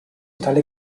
tale